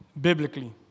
biblically